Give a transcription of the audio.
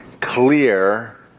clear